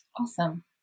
Awesome